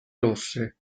rosse